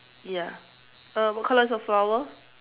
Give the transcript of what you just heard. ya uh what colour is your flower